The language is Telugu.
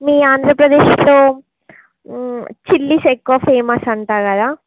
మీ ఆంధ్రప్రదేశ్లో చిల్లీస్ ఎక్కువ ఫేమస్ అంట కదా